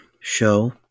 show